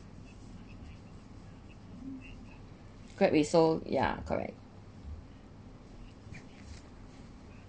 Grab is so ya correct